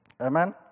Amen